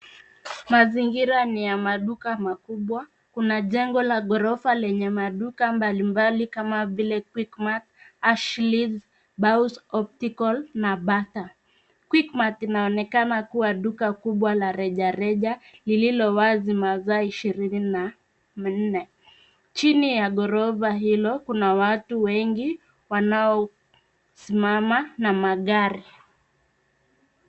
Mazingira ni ya maduka makubwa kuna jengo la gorofa lenye maduka mbalimbali kama vile Quickmart, Asleys, Baus Optical na Bata. Quickmart inaonekana kuwa duka kubwa la rejareja, liliowazi masaa ishirini na nne. Chini ya gorofa hilo kuna watu wengi wanaosimama na magari.